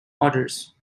orders